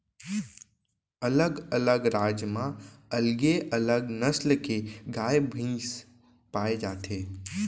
अलग अलग राज म अलगे अलग नसल के गाय भईंस पाए जाथे